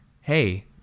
hey